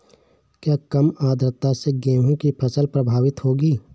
क्या कम आर्द्रता से गेहूँ की फसल प्रभावित होगी?